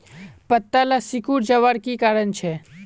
पत्ताला सिकुरे जवार की कारण छे?